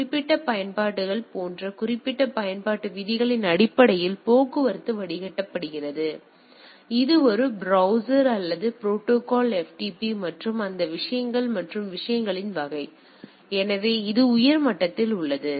குறிப்பிட்ட பயன்பாட்டு விதிகளின் அடிப்படையில் போக்குவரத்து வடிகட்டப்படுகிறது ஒரு பிரௌசர் அல்லது ஒரு ப்ரோடோகால் FTP மற்றும் அந்த விஷயங்கள் மற்றும் விஷயங்களின் வகை எனவே அது உயர் மட்டத்தில் உள்ளது